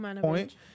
point